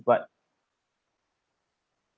but